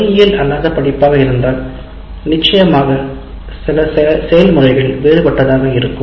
பொறியியல் அல்லாததாக படிப்பாக இருந்தால் நிச்சயமாக சில செயல்முறைகள் வேறுபட்டதாக இருக்கும்